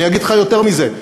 אני אגיד לך יותר מזה,